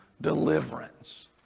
deliverance